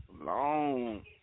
Long